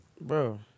Bro